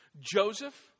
Joseph